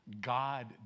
God